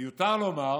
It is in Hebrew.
מיותר לומר